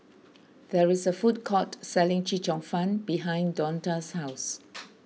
there is a food court selling Chee Cheong Fun behind Donta's house